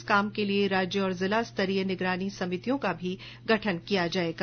इस काम के लिए राज्य और जिला स्तरीय निगरानी समितियों का गठन भी किया जाएगा